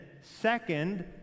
Second